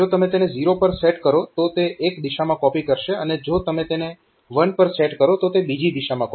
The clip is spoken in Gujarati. જો તમે તેને 0 પર સેટ કરો તો તે એક દિશામાં કોપી કરશે અને જો તમે તેને 1 પર સેટ કરો તો તે બીજી દિશામાં કોપી કરશે